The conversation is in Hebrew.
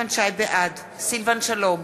בעד סילבן שלום,